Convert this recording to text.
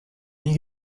nie